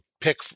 pick